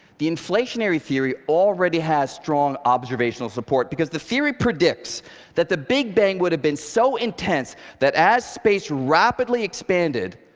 the inflationary theory already has strong observational support. because the theory predicts that the big bang would have been so intense that as space rapidly expanded,